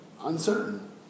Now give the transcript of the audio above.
uncertain